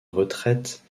retraite